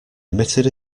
emitted